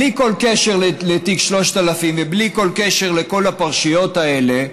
בלי כל קשר לתיק 3000 ובלי כל קשר לכל הפרשיות האלה,